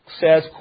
says